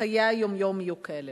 חיי היום-יום יהיו כאלה.